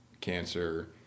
cancer